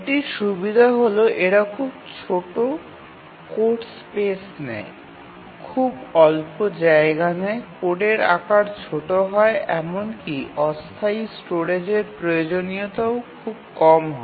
এটির সুবিধাটি হল এরা খুব ছোট কোড স্পেস নেয় খুব অল্প জায়গা নেয় কোডের আকার ছোট হয় এবং এমনকি অস্থায়ী স্টোরেজের প্রয়োজনীয়তাও খুব কম হয়